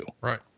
Right